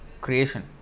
creation